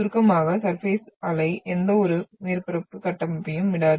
சுருக்கமாக சர்பேஸ் அலை எந்தவொரு மேற்பரப்பு கட்டமைப்பையும் விடாது